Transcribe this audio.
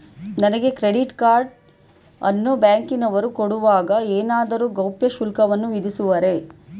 ನನಗೆ credit card ಅನ್ನು ಬ್ಯಾಂಕಿನವರು ಕೊಡುವಾಗ ಏನಾದರೂ ಗೌಪ್ಯ ಶುಲ್ಕವನ್ನು ವಿಧಿಸುವರೇ?